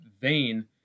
vein